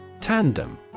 Tandem